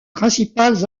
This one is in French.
principales